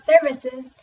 services